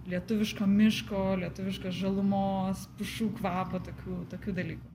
lietuviško miško lietuviškos žalumos pušų kvapo tokių tokių dalykų